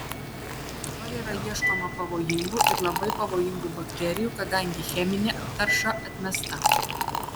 dabar yra ieškoma pavojingų ir labai pavojingų bakterijų kadangi cheminė tarša atmesta